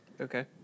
Okay